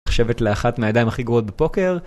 נחשבת לאחת מהידיים הכי גרועות בפוקר.